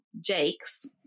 jakes